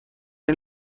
این